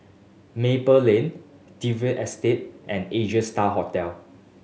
Maple Lane Dalvey Estate and Asia Star Hotel